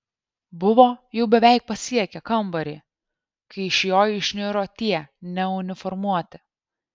buvo jau beveik pasiekę kambarį kai iš jo išniro tie neuniformuoti